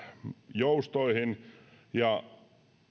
joustoihin ja